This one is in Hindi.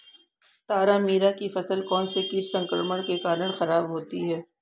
तारामीरा की फसल कौनसे कीट संक्रमण के कारण खराब होती है?